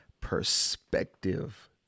perspective